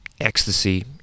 ecstasy